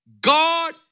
God